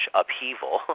upheaval